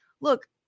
look